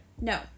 No